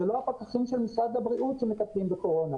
אלה לא הפקחים של משרד הבריאות שמפקחים על קורונה.